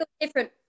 different